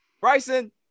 Bryson